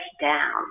down